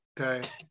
Okay